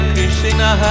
Krishna